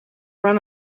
run